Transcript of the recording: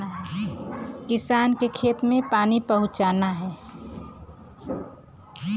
पानी के किसान के खेत तक पहुंचवाल जाला